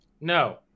no